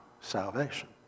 salvation